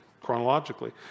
chronologically